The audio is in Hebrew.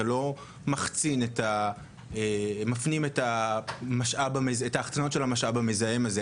לא מפנים את ההחצנות של המשאב המזהם הזה,